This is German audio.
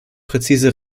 präzise